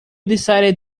decided